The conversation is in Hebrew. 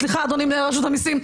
סליחה, אדוני מנהל רשות המסים.